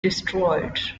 destroyed